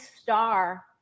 star